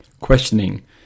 Questioning